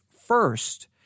first